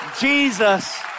Jesus